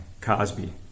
Cosby